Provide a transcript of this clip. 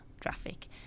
traffic